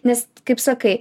nes kaip sakai